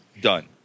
Done